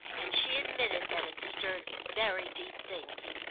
and she admitted that it stirred very deep things.